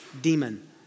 demon